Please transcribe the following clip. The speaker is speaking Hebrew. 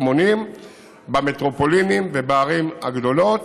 המונים במטרופולינים ובערים הגדולות.